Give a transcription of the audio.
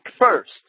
first